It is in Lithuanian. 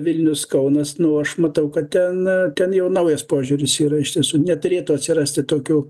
vilnius kaunas nu aš matau kad ten ten jau naujas požiūris yra iš tiesų neturėtų atsirasti tokių